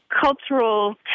cultural